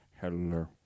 Hello